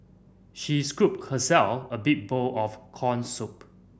she scooped herself a big bowl of corn soup